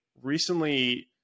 recently